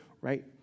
right